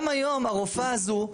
גם היום הרופאה הזו,